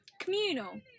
communal